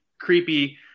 creepy